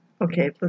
Okay